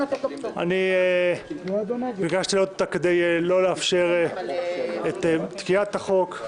אני ביקשתי אותה כדי לא לאפשר את תקיעת החוק.